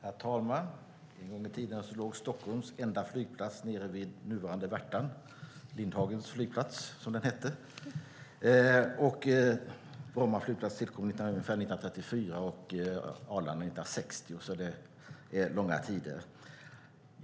Herr talman! En gång låg Stockholms enda flygplats vid nuvarande Värtan; den hette Lindhagens flygplats. Bromma flygplats tillkom ungefär 1934 och Arlanda 1960.